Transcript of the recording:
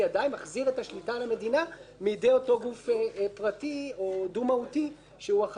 מחזיר את השליטה למדיני מידי אותו גוף פרטי או דו-מהותי שהוא החטיבה.